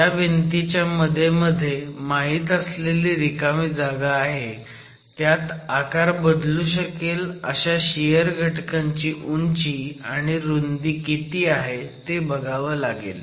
ज्या भिंतीच्या मध्ये मध्ये माहीत असलेली रिकामी जागा आहे त्यात आकार बदलू शकेल अशा शियर घटकाची उंची आणि रुंदी किती आहे हे बघावं लागतं